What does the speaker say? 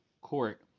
court